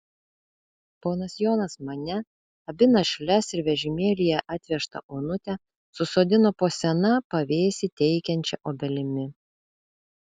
ponas jonas mane abi našles ir vežimėlyje atvežtą onutę susodino po sena pavėsį teikiančia obelimi